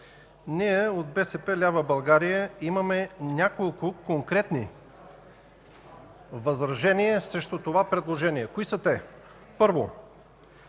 ние от „БСП лява България” имаме няколко конкретни възражения срещу това предложение. Кои са те? Първо,